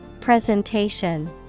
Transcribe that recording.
Presentation